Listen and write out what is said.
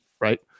right